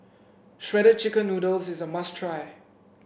Shredded Chicken Noodles is a must try